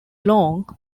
long